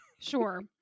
Sure